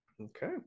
Okay